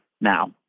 now